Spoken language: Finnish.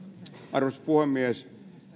arvoisa puhemies